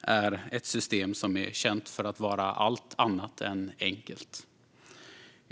är ett system som är känt för att vara allt annat än enkelt.